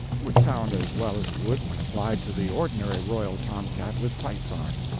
would sound as well as it would when applied to the ordinary royal tomcat with tights on.